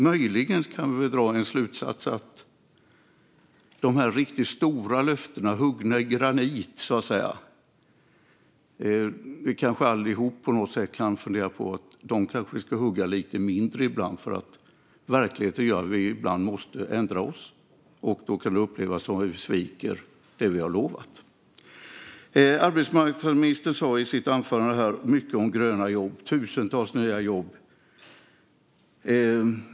Möjligen kan vi dra en slutsats att de riktigt stora löftena, huggna i granit, ska kanske huggas i lite mindre format ibland. Verkligheten gör att vi ibland måste ändra oss, och då kan det upplevas som att vi sviker det vi har lovat. Arbetsmarknadsministern nämnde i sitt anförande mycket om tusentals nya gröna jobb.